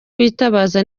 bitabaza